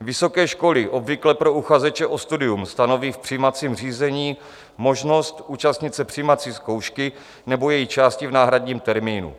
Vysoké školy obvykle pro uchazeče o studium stanoví v přijímacím řízení možnost účastnit se přijímací zkoušky nebo její části v náhradním termínu.